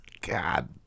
God